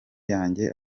yanjye